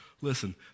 listen